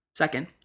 Second